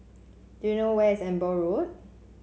do you know where is Amber Road